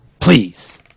Please